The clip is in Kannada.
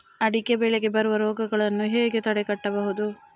ಅಡಿಕೆ ಬೆಳೆಗೆ ಬರುವ ರೋಗಗಳನ್ನು ಹೇಗೆ ತಡೆಗಟ್ಟಬಹುದು?